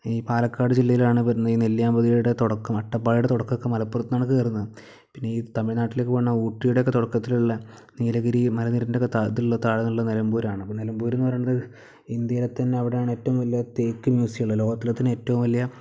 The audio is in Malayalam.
ഈ പാലക്കാട് ജില്ലയിലാണ് വരുന്നത് ഈ നെല്ലിയാമ്പതിയുടെ തുടക്കം അട്ടപ്പാടിയുടെ തുടക്കമൊക്കെ മലപ്പുറത്ത് നിന്നാണ് കയറുന്നത് പിന്നെ ഈ തമിഴ്നാട്ടിലേക്ക് പോകുന്ന ഊട്ടിയുടെയൊക്കെ തുടക്കത്തിലുള്ള നീലഗിരി മല നിരേൻ്റെ താഴെ താഴെ നിന്നുള്ള നിലമ്പൂരാണ് അപ്പം നിലമ്പൂര് എന്ന് പറയുന്നത് ഇന്ത്യയിലെ തന്നെ അവിടെയാണ് ഏറ്റവും വലിയ തേക്ക് മ്യൂസിയം ഉള്ളത് ലോകത്തിലെ തന്നെ ഏറ്റവും വലിയ